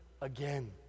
again